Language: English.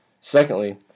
Secondly